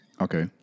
Okay